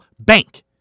bank